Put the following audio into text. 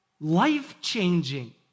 life-changing